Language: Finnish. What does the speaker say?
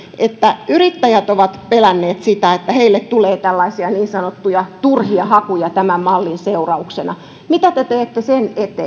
että yrittäjät ovat pelänneet sitä että heille tulee tällaisia niin sanottuja turhia hakuja tämän mallin seurauksena mitä te teette sen eteen